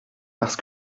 parce